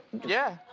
yeah,